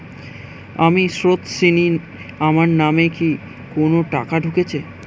আমি স্রোতস্বিনী, আমার নামে কি কোনো টাকা ঢুকেছে?